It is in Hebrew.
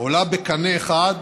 עולה בקנה אחד